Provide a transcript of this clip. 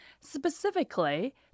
specifically